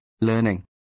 learning